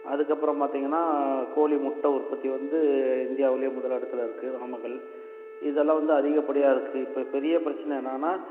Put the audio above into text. அதுக்கப்புறம் பார்த்திங்கன்னா கோழி முட்டை உற்பத்தி வந்து இந்தியாவுலேயே முதல் இடத்துல இருக்குது நாமக்கல் இதெல்லாம் வந்து அதிகப்படியாக இருக்குது இப்போ பெரிய பிரச்சனை என்னான்னா